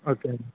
okay అండి